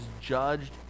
judged